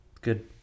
good